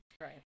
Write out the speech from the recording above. Right